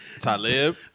Talib